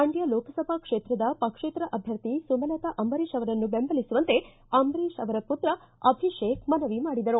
ಮಂಡ್ಕ ಲೋಕಸಭಾ ಕ್ಷೇತ್ರದ ಪಕ್ಷೇತರ ಅಭ್ಯರ್ಥಿ ಸುಮಲತಾ ಅಂಬರೀಶ್ ಅವರನ್ನು ಬೆಂಬಲಿಸುವಂತೆ ಅಂಬರೀಶ್ ಅವರ ಪುತ್ರ ಅಭಿಷೇಕ್ ಮನವಿ ಮಾಡಿದರು